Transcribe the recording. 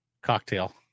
cocktail